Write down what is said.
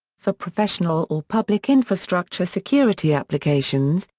for professional or public infrastructure security applications,